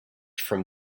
from